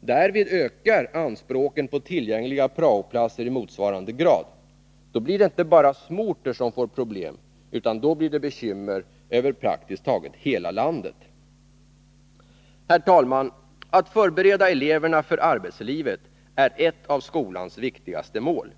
Därvid ökar anspråken på tillgängliga prao-platser i motsvarande grad. Då blir det inte bara små orter som får problem, utan då blir det bekymmer över praktiskt taget hela landet. Herr talman! Att förbereda eleverna för arbetslivet är ett av skolans viktigaste mål.